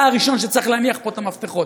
אתה הראשון שצריך להניח פה את המפתחות.